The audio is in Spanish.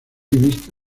vista